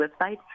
website